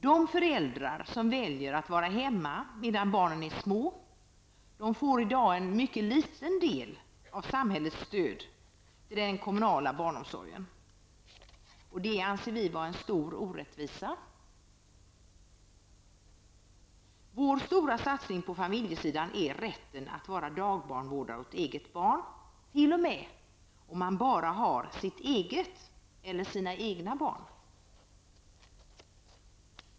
De föräldrar som väljer att vara hemma medan barnen är små får i dag en mycket liten del av samhällets stöd till den kommunala barnomsorgen. Det anser vi vara en stor orättvisa. Vår stora satsning på familjesidan är rätten att vara dagbarnvårdare åt eget barn, t.o.m. om man bara har sitt eget eller sina egna barn.